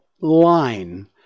line